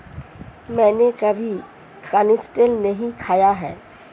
मैंने कभी कनिस्टेल नहीं खाया है